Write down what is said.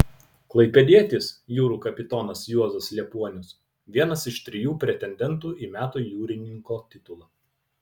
klaipėdietis jūrų kapitonas juozas liepuonius vienas iš trijų pretendentų į metų jūrininko titulą